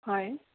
হয়